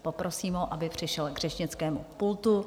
Poprosím ho, aby přišel k řečnickému pultu.